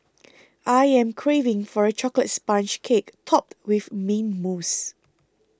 I am craving for a Chocolate Sponge Cake Topped with Mint Mousse